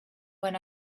when